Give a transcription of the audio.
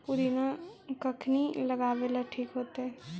पुदिना कखिनी लगावेला ठिक होतइ?